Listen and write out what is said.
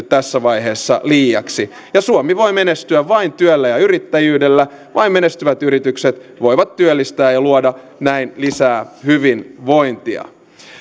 tässä vaiheessa liiaksi suomi voi menestyä vain työllä ja yrittäjyydellä vain menestyvät yritykset voivat työllistää ja luoda näin lisää hyvinvointia